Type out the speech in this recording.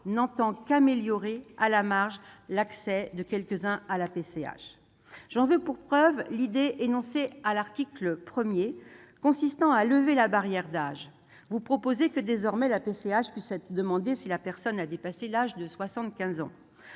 n'entend qu'améliorer à la marge l'accès de quelques-uns à cette prestation. J'en veux pour preuve l'idée énoncée à l'article 1, consistant à lever la barrière d'âge. Vous proposez que, désormais, la PCH puisse être demandée, si la personne a dépassé l'âge de 75 ans.